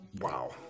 Wow